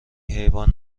حیوان